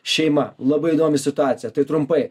šeima labai įdomi situacija tai trumpai